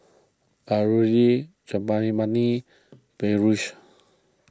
Alluri Gottipati Peyush